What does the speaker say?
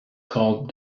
called